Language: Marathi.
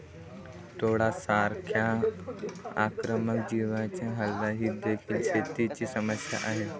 टोळांसारख्या आक्रमक जीवांचा हल्ला ही देखील शेतीची समस्या आहे